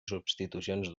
substitucions